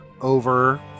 over